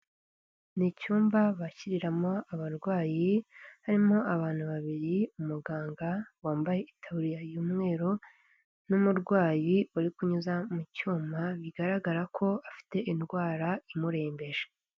Ni icyumba bakiriramo abarwayi, harimo abantu babiri, umuganga wambaye itaburiya y'umweru n'umurwayi bari kunyuza mu cyuma bigaragara ko afite indwara imurembeje.